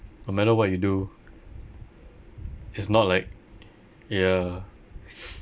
no matter what you do it's not like ya